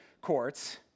courts